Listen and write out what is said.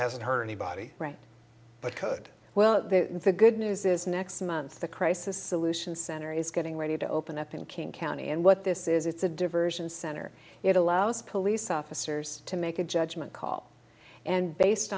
hasn't heard anybody but could well the good news is next month the crisis solutions center is getting ready to open up in king county and what this is it's a diversion center it allows police officers to make a judgment call and based